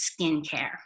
skincare